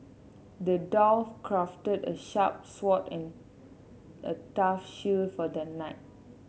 the dwarf crafted a sharp sword and a tough shield for the knight